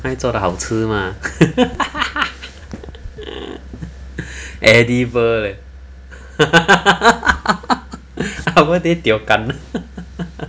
他会做的好吃 mah edible eh 他会不会 tio gan